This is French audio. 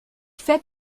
fait